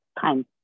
time